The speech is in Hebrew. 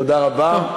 תודה רבה.